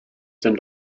dem